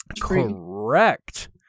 Correct